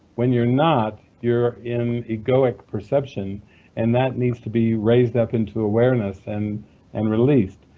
when you're not, you're in egoic perception and that needs to be raised up and to awareness and and released.